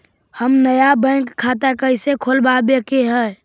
हम नया बैंक खाता कैसे खोलबाबे के है?